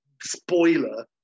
spoiler